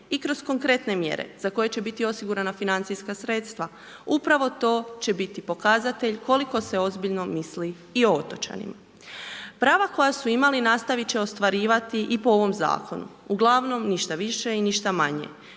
i kroz konkretne mjere za koje će biti osigurana financijska sredstva. Upravo to će biti pokazatelj koliko se ozbiljno misli i o otočanima. Prava koja su imali nastavit će ostvarivati i po ovom zakonu, uglavnom, ništa više i ništa manje.